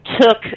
took